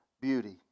beauty